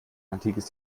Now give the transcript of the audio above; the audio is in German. antikes